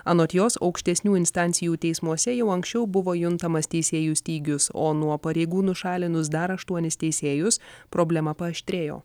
anot jos aukštesnių instancijų teismuose jau anksčiau buvo juntamas teisėjų stygius o nuo pareigų nušalinus dar aštuonis teisėjus problema paaštrėjo